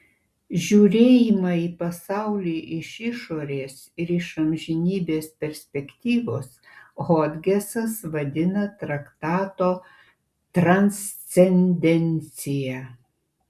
žiūrėjimą į pasaulį iš išorės ir iš amžinybės perspektyvos hodgesas vadina traktato transcendencija